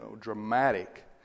dramatic